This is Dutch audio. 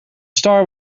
star